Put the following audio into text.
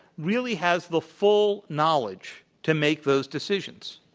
really has the full knowledge to make those decisions.